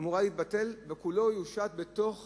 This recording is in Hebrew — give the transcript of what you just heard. זה אמור להתבטל, והכול יושת בתוך